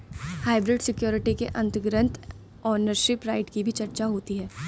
hybrid security के अंतर्गत ownership right की भी चर्चा होती है